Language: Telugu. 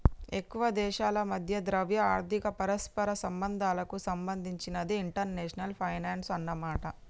ఎక్కువ దేశాల మధ్య ద్రవ్య ఆర్థిక పరస్పర సంబంధాలకు సంబంధించినదే ఇంటర్నేషనల్ ఫైనాన్సు అన్నమాట